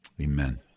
amen